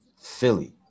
Philly